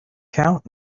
count